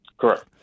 correct